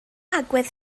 agwedd